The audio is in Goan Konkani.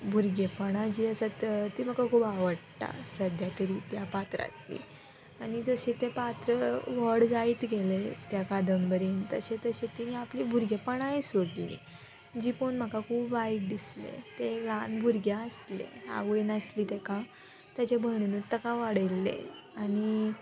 भुरगेंपणां जीं आसात तीं म्हाका खूब आवडटा सद्या तरी त्या पात्रांतली आनी जशें तें पात्र व्हड जायत गेलें त्या कादंबरीन तशें तशें तीं आपलीं भुरगेंपणांय सोडलीं जी पोवन म्हाका खूब वायट दिसलें तें एक ल्हान भुरगें आसलें आवय नासली तेका तेज्या भयणीनूच ताका वाडयल्लें आनी